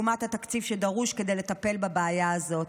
לעומת התקציב שדרוש כדי לטפל בבעיה הזאת,